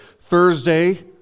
Thursday